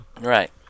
Right